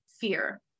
fear